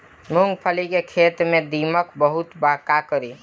मूंगफली के खेत में दीमक बहुत बा का करी?